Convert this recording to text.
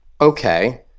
okay